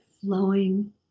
flowing